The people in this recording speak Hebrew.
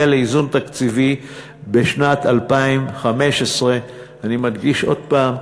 לאיזון תקציבי בשנת 2015. אני מדגיש עוד פעם: